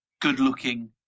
good-looking